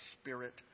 spirit